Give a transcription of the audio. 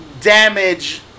damage